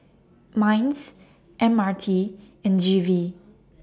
Minds M R T and G V